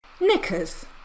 Knickers